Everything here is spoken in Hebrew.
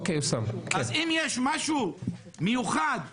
אז אם יש משהו מיוחד,